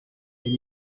then